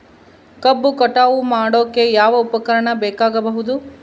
ಕಬ್ಬು ಕಟಾವು ಮಾಡೋಕೆ ಯಾವ ಉಪಕರಣ ಬೇಕಾಗಬಹುದು?